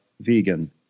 vegan